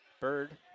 Bird